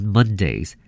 Mondays